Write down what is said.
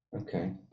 okay